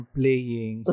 playing